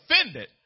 offended